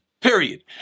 Period